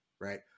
right